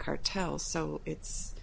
cartels so it's